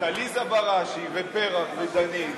את עליזה בראשי ופרח ודנית,